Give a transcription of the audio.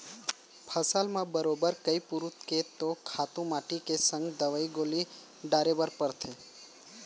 फसल म बरोबर कइ पुरूत के तो खातू माटी के संग दवई गोली डारे बर परथे